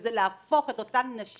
וזה להפוך את אותן נשים